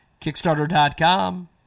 Kickstarter.com